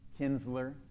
Kinsler